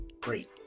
Great